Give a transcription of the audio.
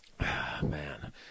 man